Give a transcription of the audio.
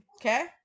okay